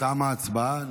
תמה ההצבעה.